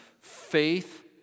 faith